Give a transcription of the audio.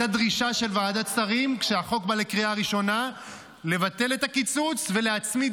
הייתה דרישה של ועדת שרים לבטל את הקיצוץ ולהצמיד